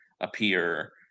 appear